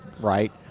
Right